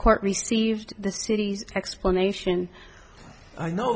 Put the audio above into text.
court received the city's explanation i know